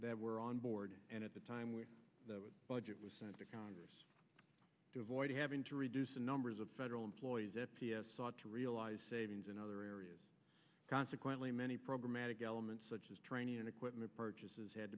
that were on board and at the time when the budget was sent to congress to avoid having to reduce the numbers of federal employees at p s ought to realize savings in other areas consequently many programatic elements such as training and equipment purchases had